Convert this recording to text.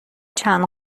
چند